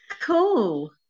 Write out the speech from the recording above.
Cool